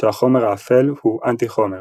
שהחומר האפל הוא "אנטי חומר".